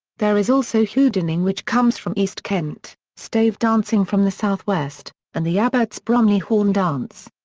there is also hoodening which comes from east kent, stave dancing from the south-west, and the abbots bromley horn dance.